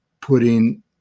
putting